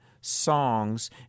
songs